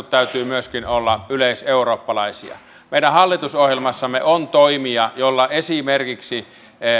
täytyy myöskin olla yleiseurooppalaisia meidän hallitusohjelmassamme on toimia joilla esimerkiksi